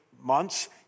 months